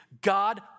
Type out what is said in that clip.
God